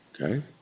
Okay